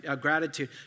gratitude